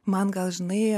man gal žinai